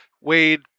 Wade